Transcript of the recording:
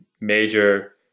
major